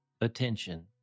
Attention